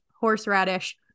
horseradish